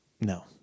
No